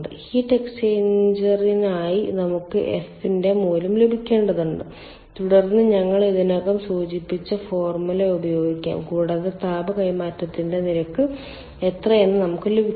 heat എക്സ്ചേഞ്ചറിനായി നമുക്ക് F ന്റെ മൂല്യം ലഭിക്കേണ്ടതുണ്ട് തുടർന്ന് ഞങ്ങൾ ഇതിനകം സൂചിപ്പിച്ച ഫോർമുല ഉപയോഗിക്കാം കൂടാതെ താപ കൈമാറ്റത്തിന്റെ നിരക്ക് എത്രയെന്ന് നമുക്ക് ലഭിക്കും